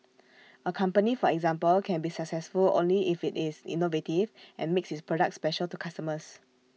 A company for example can be successful only if IT is innovative and makes its products special to customers